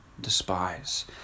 despise